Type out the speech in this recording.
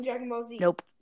Nope